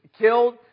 killed